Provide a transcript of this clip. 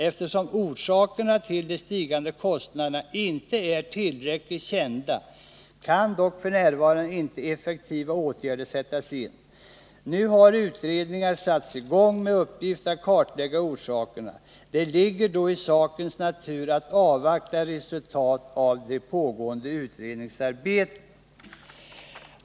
Eftersom orsakerna till de stigande kostnaderna inte är tillräckligt kända, kan dock f. n. inte effektiva åtgärder sättas in. Nu har utredningar satt i gång med uppgift att kartlägga orsakerna. Det ligger då i sakens natur att avvakta resultat av det pågående utredningsarbetet.